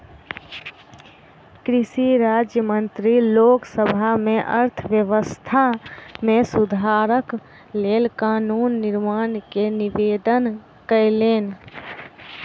कृषि राज्य मंत्री लोक सभा में अर्थव्यवस्था में सुधारक लेल कानून निर्माण के निवेदन कयलैन